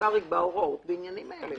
"השר יקבע הוראות בעניינים אלה".